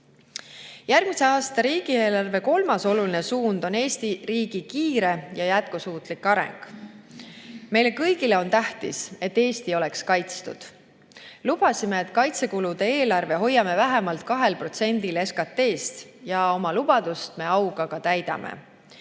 Järgmise aasta riigieelarve kolmas oluline suund on Eesti riigi kiire ja jätkusuutlik areng. Meile kõigile on tähtis, et Eesti oleks kaitstud. Lubasime, et kaitsekulude eelarve hoiame vähemalt 2% SKT-st, ja oma lubadust me auga ka täidame.